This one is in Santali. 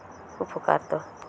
ᱩᱯᱚᱠᱟᱨ ᱫᱚ